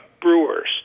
Brewers